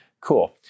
Cool